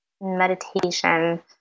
meditation